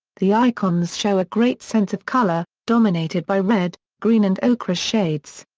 the icons show a great sense of color, dominated by red, green and ochra shades.